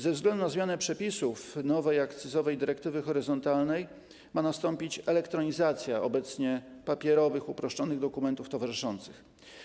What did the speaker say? Ze względu na zmianę przepisów nowej akcyzowej dyrektywy horyzontalnej ma nastąpić elektronizacja obecnie papierowych uproszczonych dokumentów towarzyszących.